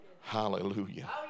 Hallelujah